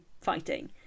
fighting